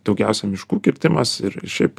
daugiausia miškų kirtimas ir šiaip